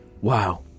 Wow